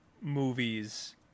movies